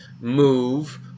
move